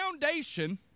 foundation